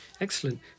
Excellent